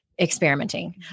experimenting